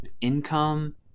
income